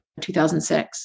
2006